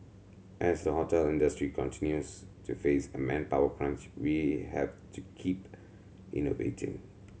as the hotel industry continues to face a manpower crunch we have to keep innovating